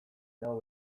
hau